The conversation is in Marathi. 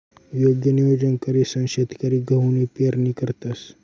योग्य नियोजन करीसन शेतकरी गहूनी पेरणी करतंस